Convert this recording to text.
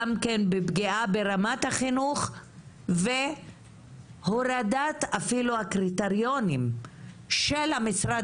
זה יביא לפגיעה ברמת החינוך ואפילו להורדת הקריטריונים של המשרד